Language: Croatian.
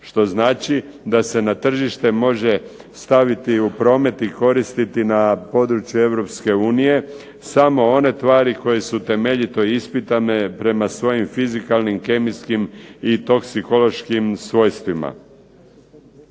što znači da se na tržište može staviti u promet i koristiti na području Europske unije samo one tvari koje su temeljito ispitane prema svojim fizikalnim, kemijskim i toksikološkim svojstvima.